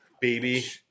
Baby